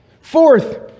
Fourth